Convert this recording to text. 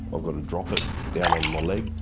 i've got to drop it down on my leg.